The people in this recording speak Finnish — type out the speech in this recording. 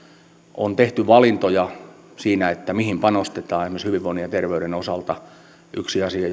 on tehty valintoja siinä mihin panostetaan esimerkiksi hyvinvoinnin ja terveyden osalta yksi asia